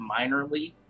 minorly